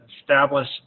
establish